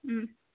ꯎꯝ